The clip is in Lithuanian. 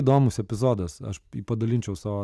įdomus epizodas aš padalinčiau savo